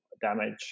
damage